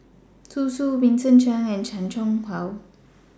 Zhu Xu Vincent Cheng and Chan Chang How